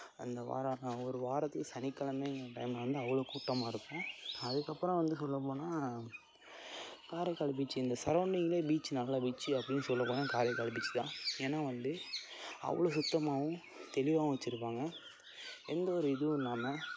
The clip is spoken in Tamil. அந்த வாரம் ஒரு வாரத்துக்கு சனிக்கெழமைங்குற டைமில் வந்து அவ்வளோ கூட்டமாக இருக்கும் அதுக்கப்புறம் வந்து சொல்லப்போனால் காரைக்கால் பீச்சி இந்த சரௌண்டிங்கிலேயே பீச்சி நல்ல பீச்சி அப்படின்னு சொல்லப்போனால் காரைக்கால் பீச் தான் ஏன்னா வந்து அவ்வளோ சுத்தமாகவும் தெளிவாகவும் வெச்சிருப்பாங்க எந்த ஒரு இதுவும் இல்லாமல்